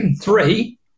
Three